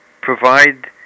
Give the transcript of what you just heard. provide